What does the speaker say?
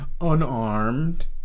unarmed